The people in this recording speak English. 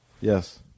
Yes